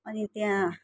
अनि त्यहाँ